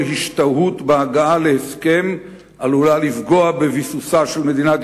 כל השתהות בהגעה להסכם עלולה לפגוע בביסוסה של מדינת